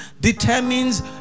determines